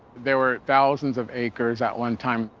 there were thousands of acres at one time.